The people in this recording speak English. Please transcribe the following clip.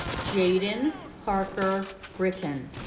jayden parker brittain